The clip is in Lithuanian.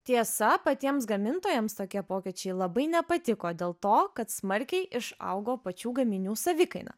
tiesa patiems gamintojams tokie pokyčiai labai nepatiko dėl to kad smarkiai išaugo pačių gaminių savikaina